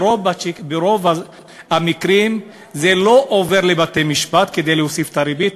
ברוב המקרים זה לא עובר לבתי-משפט כדי להוסיף את הריבית,